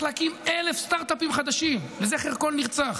להקים 1,000 סטרטאפים חדשים לזכר כל נרצח,